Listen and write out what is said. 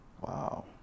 wow